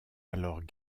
alors